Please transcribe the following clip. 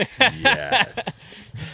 Yes